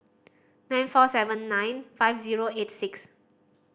nine four seven nine five zero eight six